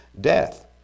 death